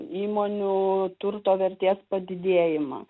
įmonių turto vertės padidėjimą